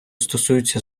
стосується